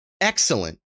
excellent